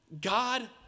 God